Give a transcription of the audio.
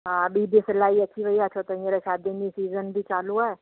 हा ॿी जे सिलाई अची वई आहे छो त हींअर शादियुनि जो सीज़न बि चालू आहे